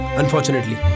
unfortunately